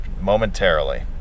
momentarily